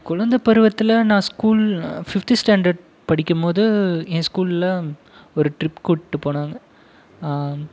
குழந்தை பருவத்தில் நான் ஸ்கூல் ஃபிஃப்து ஸ்டாண்டர்ட் படிக்கும்மோது என் ஸ்கூலில் ஒரு ட்ரிப் கூபிட்டு போனாங்க